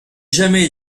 jamais